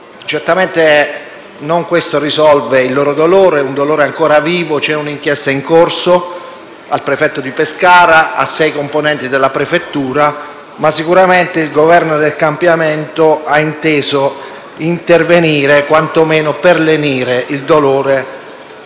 Certamente questo non risolve il loro dolore, ancora vivo. C'è un'inchiesta in corso a carico del prefetto di Pescara e di sei componenti della prefettura. Sicuramente, però, il Governo del cambiamento ha inteso intervenire, quantomeno per lenire il dolore